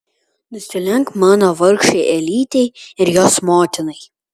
nusilenk mano vargšei elytei ir jos motinai